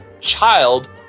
child